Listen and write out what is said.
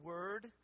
Word